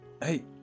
Hey